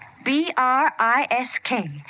B-R-I-S-K